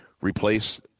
replace